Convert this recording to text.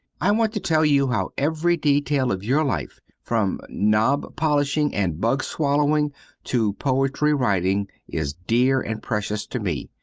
i want to tell you how every detail of your life from knob-polishing and bug-swallowing to poetry-writing is dear and precious to me.